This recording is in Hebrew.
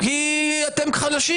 כי אתם חלשים.